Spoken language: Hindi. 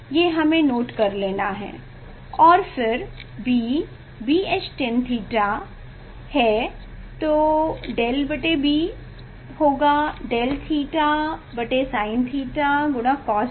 ये हमें नोट कर लेना है और फिर B BH tan𝛉 है तो ΔBB होगा Δ𝛉sin𝛉 cos𝛉 ठीक है